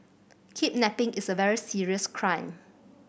kidnapping is a very serious crime